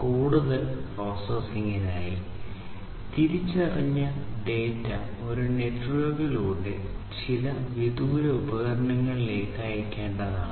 കൂടുതൽ പ്രോസസ്സിംഗിനായി തിരിച്ചറിഞ്ഞ ഡാറ്റ ഒരു നെറ്റ്വർക്കിലൂടെ ചില വിദൂര ഉപകരണങ്ങളിലേക്ക് അയയ്ക്കേണ്ടതാണ്